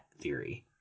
theory